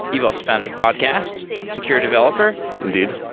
you've also founded a podcast, secure developer indeed.